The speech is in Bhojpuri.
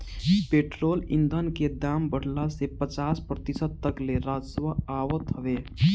पेट्रोल ईधन के दाम बढ़ला से पचास प्रतिशत तक ले राजस्व आवत हवे